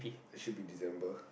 it should be December